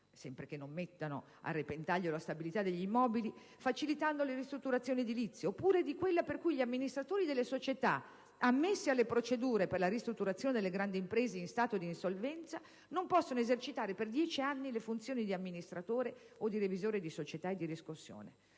(sempre che non si metta a repentaglio la stabilità degli immobili), facilitando le ristrutturazioni edilizie, oppure di quella per cui gli amministratori delle società ammesse alle procedure per la ristrutturazione delle grandi imprese in stato di insolvenza non possono esercitare per dieci anni le funzioni di amministratore e di revisore di società di riscossione.